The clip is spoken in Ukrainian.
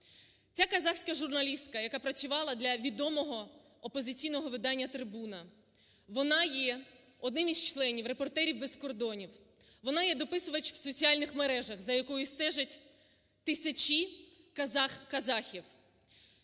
Ця казахська журналістка, яка працювала для відомого опозиційного видання "Трибуна", вона є одним із членів "Репортерів без кордонів", вона є дописувач в соціальних мережах, за якою стежать тисячі казах і казахів.